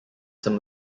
some